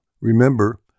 Remember